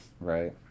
right